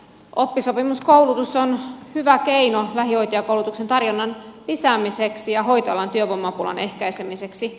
oppisopimuskoulutus on hyvä keino lähihoitajakoulutuksen tarjonnan lisäämiseksi ja hoitoalan työvoimapulan ehkäisemiseksi